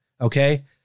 Okay